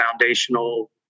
foundational